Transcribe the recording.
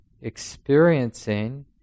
experiencing